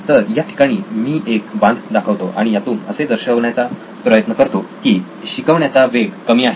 तर या ठिकाणी मी एक बांध दाखवतो आणि त्यातून असे दर्शवण्याचा प्रयत्न करतो की शिकवण्याचा वेग कमी आहे